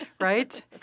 Right